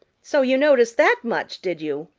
so you noticed that much, did you?